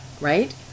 right